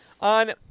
On